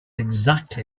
exactly